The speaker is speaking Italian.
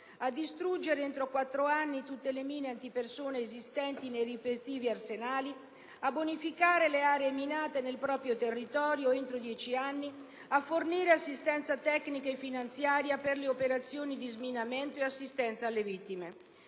a distruggere entro quattro anni tutte le mine antipersona esistenti nei rispettivi arsenali, a bonificare le aree minate nei proprio territorio entro dieci anni, a fornire assistenza tecnica e finanziaria per le operazioni di sminamento e assistenza alle vittime.